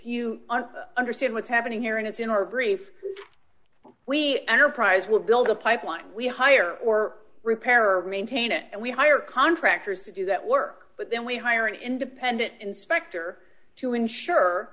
you understand what's happening here and it's in our brief we enterprise would build a pipeline we hire or repair or maintain it and we hire contractors to do that work but then we hire an independent inspector to ensure